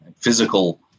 physical